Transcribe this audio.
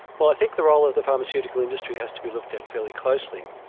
well, i think the role of the pharmaceutical industry has to be looked at fairly closely.